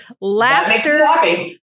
Laughter